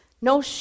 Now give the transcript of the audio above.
no